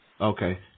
Okay